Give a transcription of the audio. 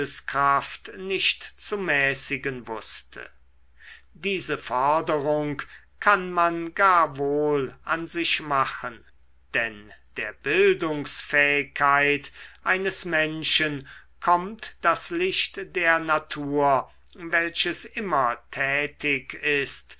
geisteskraft nicht zu mäßigen wußte diese forderung kann man gar wohl an sich machen denn der bildungsfähigkeit eines menschen kommt das licht der natur welches immer tätig ist